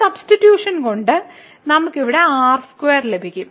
ഈ സബ്സ്റ്റിട്യൂഷൻ കൊണ്ട് നമുക്ക് ഇവിടെ r2 ലഭിക്കും